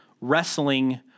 wrestling